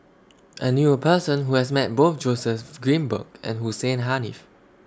I knew A Person Who has Met Both Joseph Grimberg and Hussein Haniff